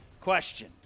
question